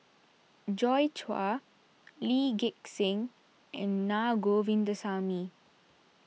Joi Chua Lee Gek Seng and Naa Govindasamy